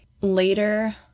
later